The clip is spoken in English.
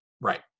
Right